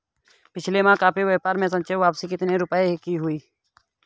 पिछले माह कॉफी व्यापार में सापेक्ष वापसी कितने रुपए की हुई?